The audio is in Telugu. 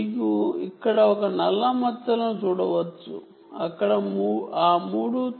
మీరు ఇక్కడ ఒక నల్ల మచ్చను చూడవచ్చు ఒక నల్ల మచ్చను ఇక్కడ చూడవచ్చు ఒక నల్ల మచ్చను అక్కడ చూడవచ్చు